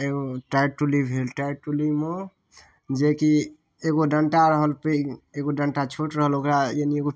एगो टायर टुल्ली भेल टायर टुल्लीमे जेकी एगो डण्टा रहल पैघ एगो डण्टा छोट रहल ओकरा यानी एगो